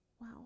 Wow